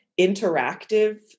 interactive